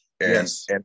Yes